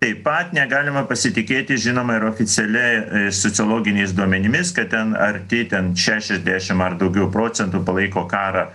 taip pat negalima pasitikėti žinoma ir oficialia sociologiniais duomenimis kad ten arti ten šešiasdešim ar daugiau procentų palaiko karą